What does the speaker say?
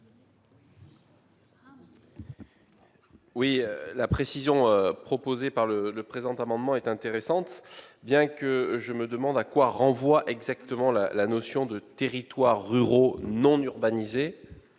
? La précision proposée dans le présent amendement est intéressante, bien que je me demande à quoi renvoie exactement la notion de « territoires ruraux non urbanisés